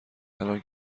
الان